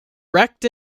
wrecked